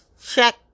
check